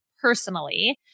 personally